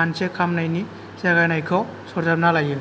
मानसे खामनायनि जागायनायखौ सरजाबना लायो